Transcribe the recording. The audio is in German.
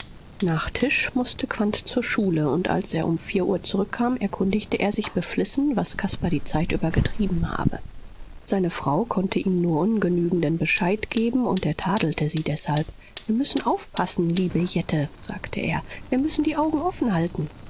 nach tisch mußte quandt zur schule und als er um vier uhr zurückkam erkundigte er sich beflissen was caspar die zeit über getrieben habe seine frau konnte ihm nur ungenügenden bescheid geben und er tadelte sie deshalb wir müssen aufpassen liebe jette sagte er wir müssen die augen offen halten